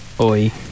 Oi